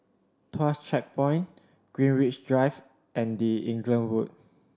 Tuas Checkpoint Greenwich Drive and The Inglewood